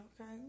Okay